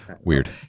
weird